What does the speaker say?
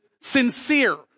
sincere